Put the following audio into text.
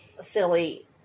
silly